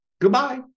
Goodbye